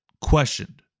questioned